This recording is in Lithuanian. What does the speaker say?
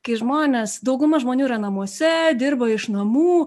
kai žmonės dauguma žmonių namuose dirba iš namų